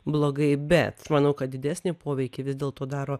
blogai bet manau kad didesnį poveikį vis dėlto daro